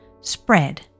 spread